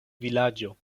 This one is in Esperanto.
vilaĝo